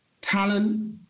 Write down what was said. Talent